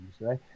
right